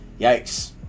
yikes